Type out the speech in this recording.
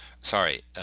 sorry